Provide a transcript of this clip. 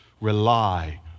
rely